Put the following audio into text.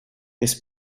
his